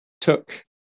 took